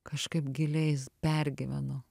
kažkaip giliai pergyvenu